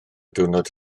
diwrnod